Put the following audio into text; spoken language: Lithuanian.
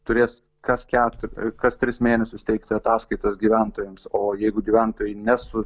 turės kas keturi kas tris mėnesius teikti ataskaitas gyventojams o jeigu gyventojai ne su